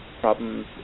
problems